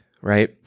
right